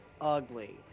ugly